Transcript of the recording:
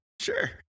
sure